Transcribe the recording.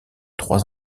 trois